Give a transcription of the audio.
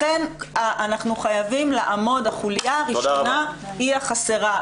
לכן אנחנו חייבים לעמוד החוליה הראשונה היא החסרה,